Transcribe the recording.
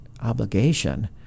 obligation